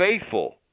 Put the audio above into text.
faithful